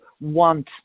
want